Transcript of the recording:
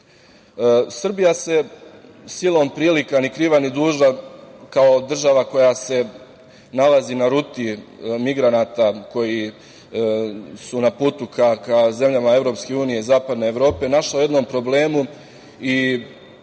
se silom prilika, ni kriva, ni dužna, kao država koja se nalazi na ruti migranata koji su na putu ka zemljama EU i zapadne Evrope, našla u jednom problemu i